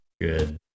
Good